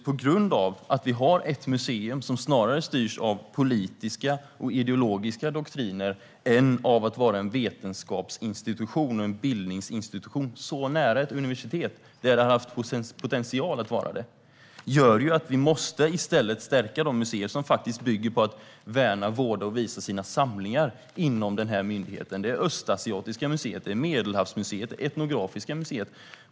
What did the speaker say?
På grund av att det finns ett museum som snarare styrs av politiska och ideologiska doktriner än av att vara en vetenskapsinstitution och en bildningsinstitution - nära ett universitet, vilket innebär en potential - måste vi stärka de museer som faktiskt bygger på att värna, vårda och visa sina samlingar inom myndigheten. Det är fråga om Östasiatiska museet, Medelhavsmuseet och Etnografiska museet.